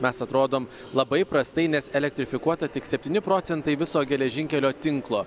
mes atrodom labai prastai nes elektrifikuota tik septyni procentai viso geležinkelio tinklo